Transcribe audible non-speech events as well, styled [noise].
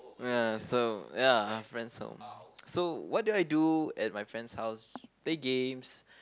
ya so ya my friend's home [noise] so what do I do at my friend's house play games